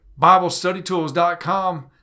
BibleStudyTools.com